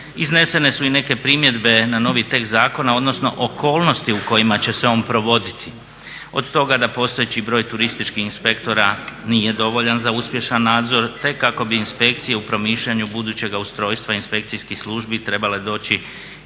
Iznesene su i neke primjedbe na novi tekst zakona, odnosno okolnosti u kojima će se on provoditi. Od toga da postojeći broj turističkih inspektora nije dovoljan za uspješan nadzor te kako bi inspekcije u promišljanju budućega ustrojstva inspekcijskih službi trebale doći